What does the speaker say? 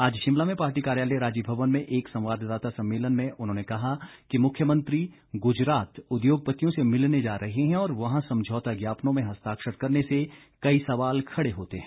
आज शिमला में पार्टी कार्यालय राजीव भवन में एक संवाददाता सम्मेलन में उन्होंने कहा कि मुख्यमंत्री गुजरात उद्योगपतियों से मिलने जा रहे हैं और वहां समझौता ज्ञापनों में हस्ताक्षर करने से कई सवाल खड़े होते हैं